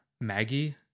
Maggie